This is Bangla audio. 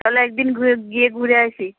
চলো এক দিন ঘুরে গিয়ে ঘুরে আসি